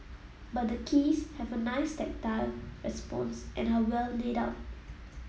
but the keys have a nice tactile response and are well laid out